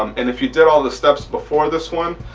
um and if you did all the steps before this one.